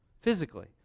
physically